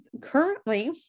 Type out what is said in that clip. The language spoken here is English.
currently